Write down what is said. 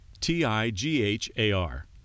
T-I-G-H-A-R